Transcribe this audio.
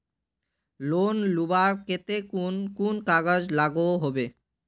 Loan लुबार केते कुन कुन कागज लागोहो होबे?